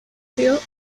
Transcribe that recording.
sido